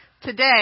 today